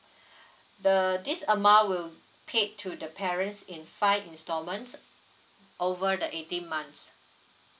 the this amount will paid to the parents in five installments over the eighteen months